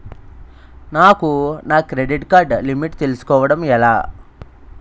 నాకు నా credit card limit తెలుసుకోవడం ఎలా?